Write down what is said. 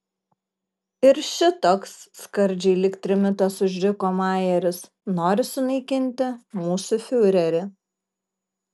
ir šitoks skardžiai lyg trimitas užriko majeris nori sunaikinti mūsų fiurerį